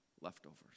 leftovers